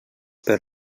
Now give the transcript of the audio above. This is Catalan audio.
per